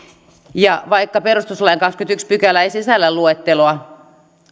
vaikka perustuslain kahdeskymmenesensimmäinen pykälä ei sisällä luetteloa